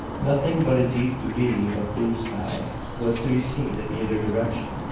nothing but a deep v of blue sky was to be seen in either direction.